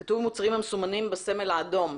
כתוב מוצרים המסומנים בסמל האדום.